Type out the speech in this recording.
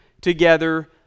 together